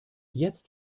jetzt